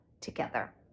together